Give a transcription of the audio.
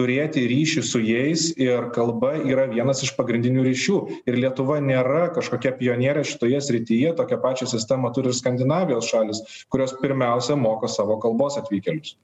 turėti ryšį su jais ir kalba yra vienas iš pagrindinių ryšių ir lietuva nėra kažkokia pionierė šitoje srityje tokią pačią sistemą turi skandinavijos šalys kurios pirmiausia moko savo kalbos atvykėlius